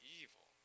evil